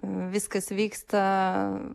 viskas vyksta